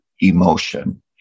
emotion